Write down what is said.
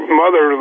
mother